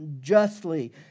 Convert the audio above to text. justly